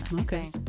Okay